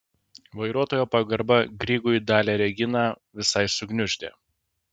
vairuotojo pagarba grygui dalią reginą visai sugniuždė